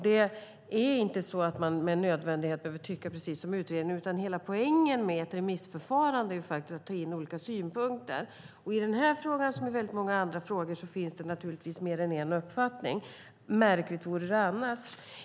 Det är inte så att man med nödvändighet behöver tycka precis som utredningen, utan hela poängen med ett remissförfarande är att ta in olika synpunkter. Och i den här frågan, som i många andra frågor, finns det naturligtvis mer än en uppfattning - märkligt vore det annars.